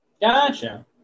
Gotcha